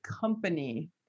company